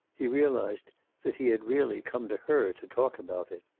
he realized that he had really come to her to talk about it.